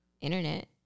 Internet